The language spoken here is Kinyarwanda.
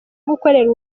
gukorera